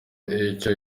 icyo